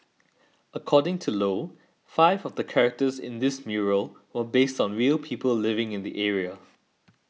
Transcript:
according to Low five of the characters in this mural were based on real people living in the area